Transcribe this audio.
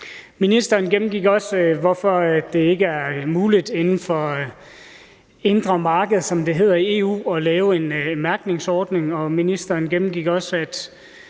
Ministeren gennemgik, hvorfor det ikke er muligt inden for det indre marked, som det hedder i EU, at lave en mærkningsordning. Ministeren gennemgik også, at